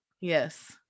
Yes